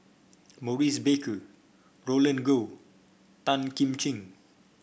Maurice Baker Roland Goh Tan Kim Ching